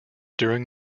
during